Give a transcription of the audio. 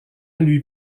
lui